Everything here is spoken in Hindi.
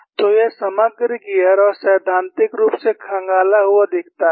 तो यह समग्र गियर और सैद्धांतिक रूप से खंगाला हुआ दिखाता है